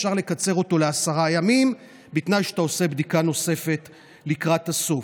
ואפשר לקצר אותו לעשרה ימים בתנאי שאתה עושה בדיקה נוספת לקראת הסוף.